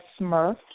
Smurf